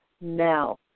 now